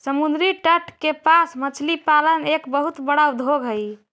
समुद्री तट के पास मछली पालन एक बहुत बड़ा उद्योग हइ